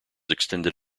extended